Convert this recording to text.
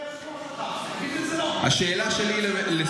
תגיד את זה ליושב-ראש שלך.